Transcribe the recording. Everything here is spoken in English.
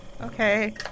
Okay